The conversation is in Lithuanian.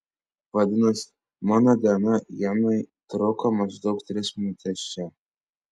vadinasi mano diena ienai truko maždaug tris minutes čia